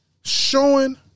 showing